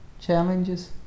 challenges